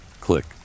Click